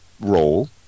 role